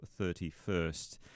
31st